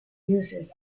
uses